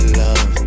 love